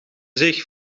zich